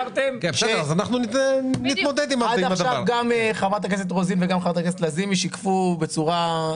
גם חברת הכנסת רוזין וגם חברת הכנסת לזימי שיקפו לדעתי